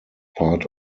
part